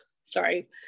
sorry